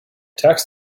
tax